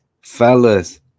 Fellas